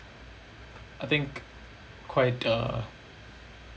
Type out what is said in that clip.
I think quite uh